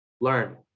learn